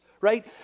right